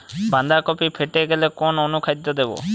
বাঁধাকপি ফেটে গেলে কোন অনুখাদ্য দেবো?